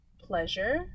Pleasure